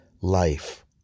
life